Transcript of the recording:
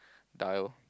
dire